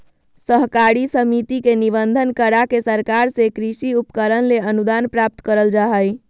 सहकारी समिति के निबंधन, करा के सरकार से कृषि उपकरण ले अनुदान प्राप्त करल जा हई